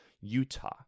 Utah